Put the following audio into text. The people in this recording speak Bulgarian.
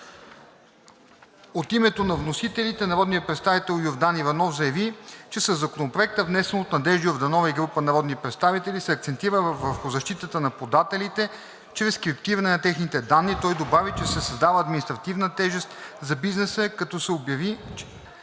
От името на вносителите народният представител Йордан Иванов заяви, че със Законопроекта, внесен от Надежда Йорданова и група народни представители, се акцентира върху защитата на подателите чрез криптиране на техните данни. Той добави, че се създава административна тежест за бизнеса, като се обяви